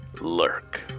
lurk